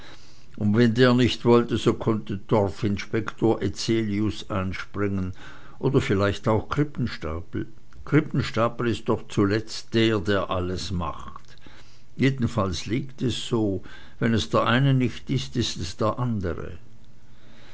und wenn der nicht wollte so konnte torfinspektor etzelius einspringen oder vielleicht auch krippenstapel krippenstapel ist doch zuletzt der der alles macht jedenfalls liegt es so wenn es der eine nicht ist ist es der andre